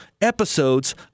episodes